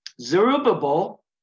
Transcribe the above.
Zerubbabel